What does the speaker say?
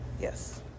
yes